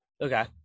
okay